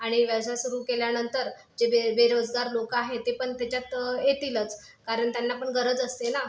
आणि व्यवसाय सुरु केल्यानंतर जे बे बेरोजगार लोक आहेत ते पण त्याच्यात येतीलच कारण त्यांना पण गरज असते ना